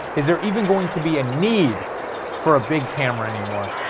is there even going to be a need for a big camera anymore.